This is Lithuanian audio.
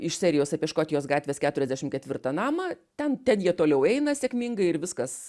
iš serijos apie škotijos gatvės keturiasdešim ketvirtą namą ten ten jie toliau eina sėkmingai ir viskas